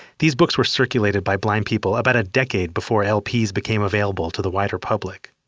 these books were circulated by blind people about a decade before lps became available to the wider public.